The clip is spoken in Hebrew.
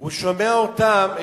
הוא שומע אותן,